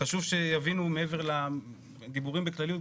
חשוב שיבינו גם מעבר לדיבורים בכלליות,